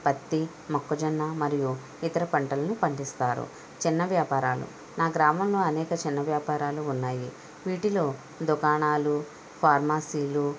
పత్తి మొక్కజొన్న మరియు ఇతర పంటలను పండిస్తారు చిన్న వ్యాపారాలు నా గ్రామంలో అనేక చిన్న వ్యాపారాలు ఉన్నాయి వీటిలో దుకాణాలు ఫార్మసీలు